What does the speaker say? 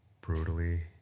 brutally